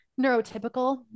neurotypical